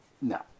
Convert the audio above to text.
No